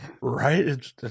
Right